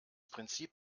prinzip